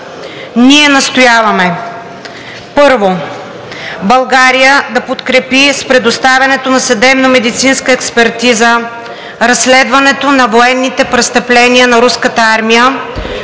Ние настояваме: Първо, България да подкрепи с предоставянето на съдебно-медицинска експертиза разследването на военните престъпления на руската армия,